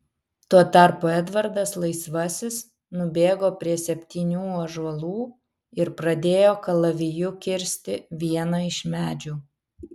tuo tarpu edvardas laisvasis nubėgo prie septynių ąžuolų ir pradėjo kalaviju kirsti vieną iš medžių